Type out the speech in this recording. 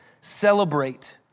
celebrate